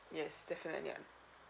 yes definite ya